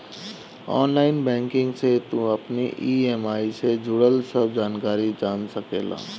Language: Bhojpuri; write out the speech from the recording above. ऑनलाइन बैंकिंग से तू अपनी इ.एम.आई जे जुड़ल सब जानकारी जान सकेला